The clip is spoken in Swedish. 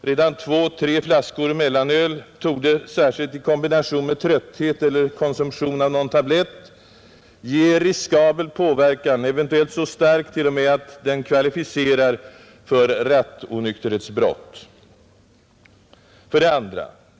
Redan två till tre flaskor mellanöl torde, särskilt i kombination med trötthet eller konsumtion av någon tablett, ge riskabel påverkan, eventuellt t.o.m. så stark att den kvalificerar för rattonykterhetsbrott. 2.